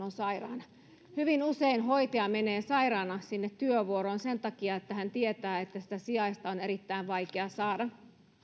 on sairaana hyvin usein hoitaja menee sairaana sinne työvuoroon sen takia että hän tietää että sitä sijaista on erittäin vaikea saada